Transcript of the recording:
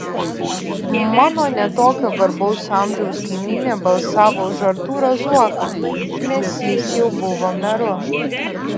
mano ne tokio garbaus amžiaus kaimynė balsavo už artūrą zuoką nes jis jau buvo meru